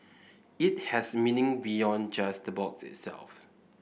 it has meaning beyond just the box itself